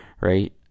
right